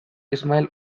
ismael